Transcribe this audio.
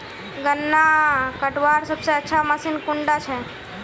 गन्ना कटवार सबसे अच्छा मशीन कुन डा छे?